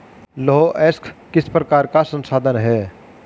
लौह अयस्क किस प्रकार का संसाधन है?